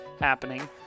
happening